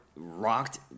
rocked